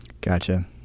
Gotcha